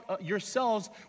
yourselves